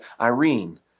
Irene